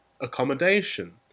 accommodation